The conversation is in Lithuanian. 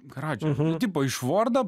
gražios tipo iš vordo